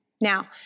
Now